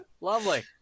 Lovely